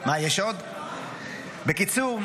בקיצור,